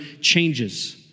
changes